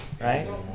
Right